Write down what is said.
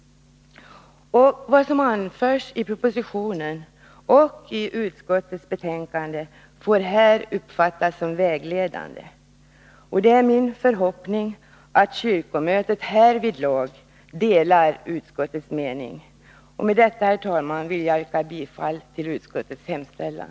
Vad som anförs i propositionen och i utskottets betänkande får här uppfattas som vägledande. Det är min förhoppning att kyrkomötet härvidlag delar utskottets mening. Med detta, herr talman, vill jag yrka bifall till utskottets hemställan.